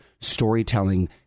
storytelling